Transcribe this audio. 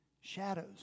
shadows